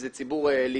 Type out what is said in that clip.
אם זה ציבור ליטאי.